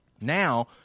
Now